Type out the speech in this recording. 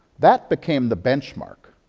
that became the benchmark.